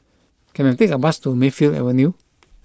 can I take a bus to Mayfield Avenue